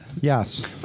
Yes